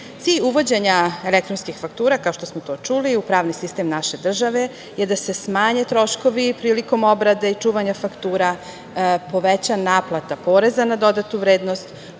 uvođenja elektronskih faktura, kao što smo to čuli, u pravni sistem naše države je da se smanje troškovi prilikom obrade i čuvanja faktura, poveća naplata poreza na dodatu vrednost,